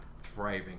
thriving